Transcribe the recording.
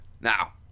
Now